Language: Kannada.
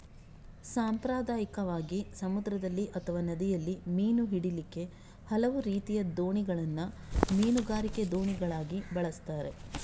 ಸಾಂಪ್ರದಾಯಿಕವಾಗಿ ಸಮುದ್ರದಲ್ಲಿ ಅಥವಾ ನದಿಯಲ್ಲಿ ಮೀನು ಹಿಡೀಲಿಕ್ಕೆ ಹಲವು ರೀತಿಯ ದೋಣಿಗಳನ್ನ ಮೀನುಗಾರಿಕೆ ದೋಣಿಗಳಾಗಿ ಬಳಸ್ತಾರೆ